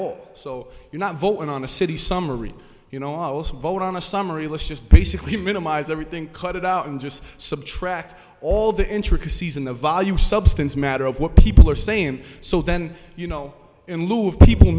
all so you not vote on a city summary you know also vote on a summary list just basically minimize everything cut it out and just subtract all the intricacies in the value substance matter of what people are saying so then you know in lieu of people